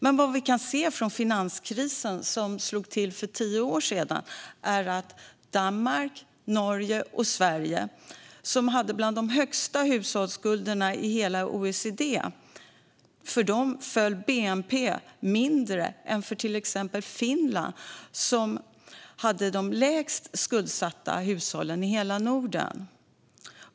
Men vad vi kan se från finanskrisen som slog till för tio år sedan är att för Danmark, Norge och Sverige, som hade bland de högsta hushållsskulderna i OECD, föll bnp mindre än för Finland - som hade de lägst skuldsatta hushållen i hela Norden.